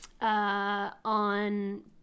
on